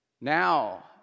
now